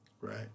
right